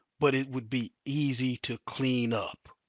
but it would be easy to clean up.